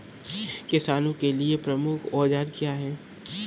किसानों के लिए प्रमुख औजार क्या हैं?